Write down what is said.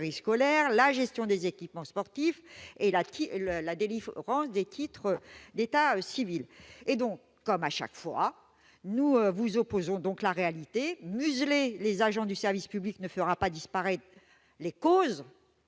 périscolaire, la gestion des équipements sportifs et la délivrance des titres d'état civil. Comme à chaque fois, nous vous opposons la réalité : museler les agents du service public ne fera pas disparaître les causes